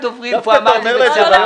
לכל הדוברים אמרתי בקצרה.